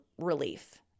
relief